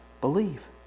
believe